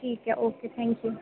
ਠੀਕ ਹੈ okay thank you